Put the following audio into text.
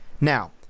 Now